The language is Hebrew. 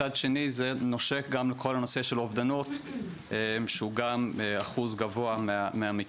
מצד שני זה נושק גם לכל הנושא של האובדנות שהוא גם אחוז גבוה מהמקרים,